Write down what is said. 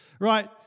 Right